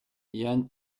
yann